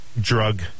drug